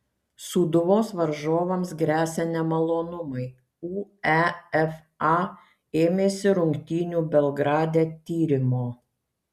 sūduvos varžovams gresia nemalonumai uefa ėmėsi rungtynių belgrade tyrimo